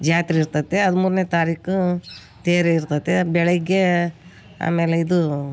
ಜಾತ್ರೆ ಇರ್ತದೇ ಹದಿಮೂರನೇ ತಾರೀಕು ತೇರು ಇರ್ತದೇ ಬೆಳಗ್ಗೆ ಆಮೇಲೆ ಇದು